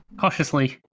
Cautiously